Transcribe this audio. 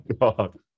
God